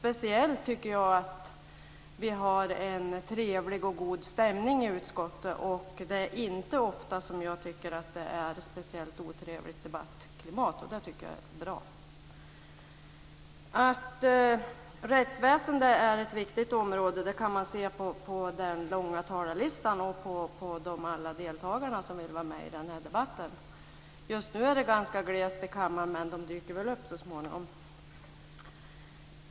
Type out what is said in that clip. Jag tycker speciellt att vi har en trevlig och god stämning i utskottet. Det är inte ofta som det är ett speciellt otrevligt debattklimat. Det är bra. Att rättsväsendet är ett viktigt område kan man se på den långa talarlistan och alla de deltagare som vill vara med i debatten. Just nu är det ganska glest i kammaren, men de dyker väl upp så småningom.